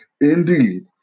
Indeed